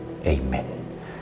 Amen